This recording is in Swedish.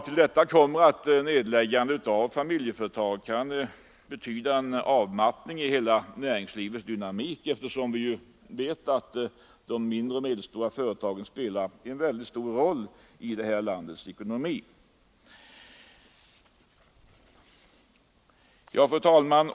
Till detta kommer att nedläggande av familjeföretag kan betyda en avmattning i hela näringslivets dynamik, eftersom vi vet att de mindre och medelstora företagen spelar en mycket stor roll i det här landets ekonomi. Fru talman!